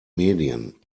medien